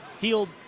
healed